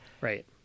Right